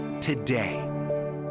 today